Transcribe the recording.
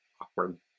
awkward